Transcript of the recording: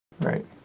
Right